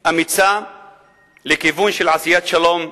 ואמיצה לכיוון של עשיית שלום,